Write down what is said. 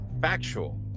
factual